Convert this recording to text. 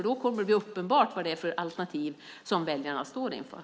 Då blir det uppenbart vilka alternativ väljarna står inför.